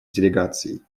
делегаций